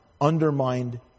undermined